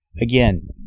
Again